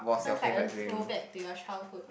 so is like a throwback to your childhood